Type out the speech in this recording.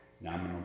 nominal